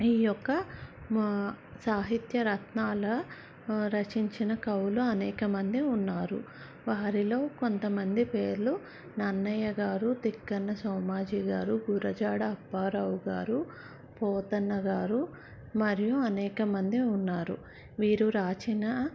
ఈ యొక్క సాహిత్య రత్నాల రచించిన కవులు అనేకమంది ఉన్నారు వారిలో కొంతమంది పేర్లు నన్నయ్య గారు తిక్కన సోమయాజి గారు గురజాడ అప్పారావు గారు పోతన గారు మరియు అనేకమంది ఉన్నారు వీరు వ్రాసిన